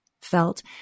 felt